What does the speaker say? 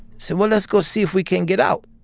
said, well, let's go see if we can get out.